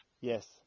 Yes